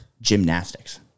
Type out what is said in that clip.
Gymnastics